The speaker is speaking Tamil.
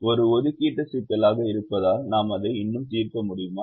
ஒரு ஒதுக்கீட்டு சிக்கலாக இருப்பதால் அதை நாம் இன்னும் தீர்க்க முடியுமா